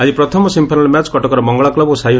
ଆଜି ପ୍ରଥମ semifinal match କଟକର ମଙ୍ଗଳା କୁବ୍ ଓ ସାଇ ହ